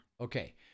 okay